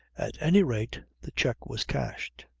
at any rate the cheque was cashed.